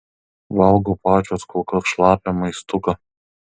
valgo pačios kol kas šlapią maistuką